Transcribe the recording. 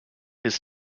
his